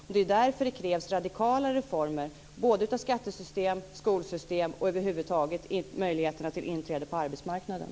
Det är ju därför som det krävs radikala reformer av skattesystemet och skolsystemet och över huvud taget när det gäller möjligheterna till inträde på arbetsmarknaden.